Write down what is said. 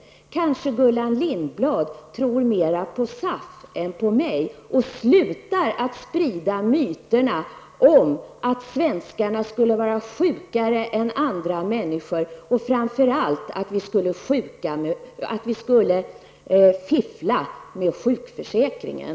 Kanske Gullan Lindblad tror mera på SAF än på mig och slutar att sprida myterna om att svenskarna skulle vara sjukare än andra människor -- och framför allt att vi skulle fiffla med sjukförsäkringen.